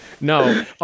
No